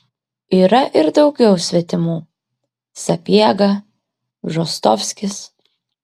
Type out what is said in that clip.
yra ir daugiau svetimų sapiega bžostovskis